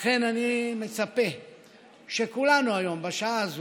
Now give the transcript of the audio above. לכן אני מצפה שכולנו היום, בשעה הזאת,